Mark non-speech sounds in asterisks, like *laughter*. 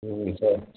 *unintelligible* sir